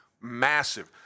massive